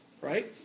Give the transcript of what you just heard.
Right